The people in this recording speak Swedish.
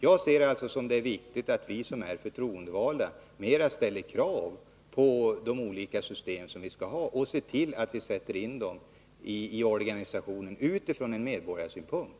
Jag anser det viktigt att vi som är förtroendevalda ställer krav på de olika systemen och ser till att de sätts in i organisationer utifrån en medborgarsynpunkt.